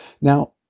Now